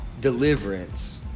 deliverance